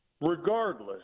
regardless